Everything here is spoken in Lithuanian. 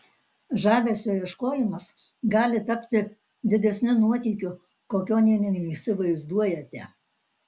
žavesio ieškojimas gali tapti didesniu nuotykiu kokio nė neįsivaizduojate